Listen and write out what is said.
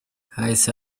hahise